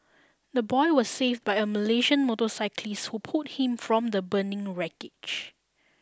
the boy was saved by a Malaysian motorcyclist who pulled him from the burning wreckage